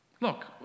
Look